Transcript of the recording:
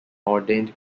ordained